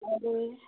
अरे